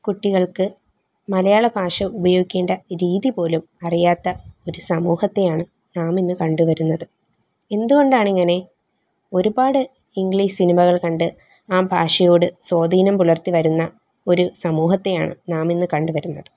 കുട്ടികൾക്ക് മലയാള ഭാഷ ഉപയോഗിക്കേണ്ട രീതി പോലും അറിയാത്ത ഒരു സമൂഹത്തെയാണ് നാം ഇന്ന് കണ്ടുവരുന്നത് എന്തുകൊണ്ടാണിങ്ങനെ ഒരുപാട് ഇംഗ്ലീഷ് സിനിമകൾ കണ്ട് ആ ഭാഷയോട് സ്വാധീനം പുലർത്തി വരുന്ന ഒരു സമൂഹത്തെയാണ് നാം ഇന്ന് കണ്ടുവരുന്നത്